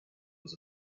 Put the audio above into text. was